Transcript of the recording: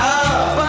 up